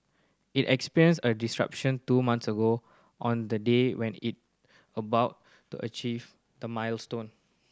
it experienced a disruption two month ago on the day when it about to achieve the milestone